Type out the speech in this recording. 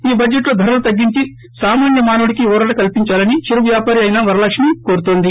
ఈ బడ్లెట్లో ధరలు తగ్గించి సామాన్య మానవుడికి ఊరట కల్పించాలని చిరువ్యాపారి అయిన వరలక్కి కోరుతోంది